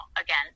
again